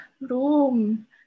room